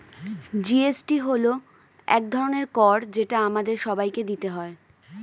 GST হল এক ধরনের কর যেটা আমাদের সবাইকে দিতে হয়